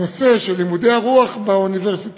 הנושא של לימודי הרוח באוניברסיטאות,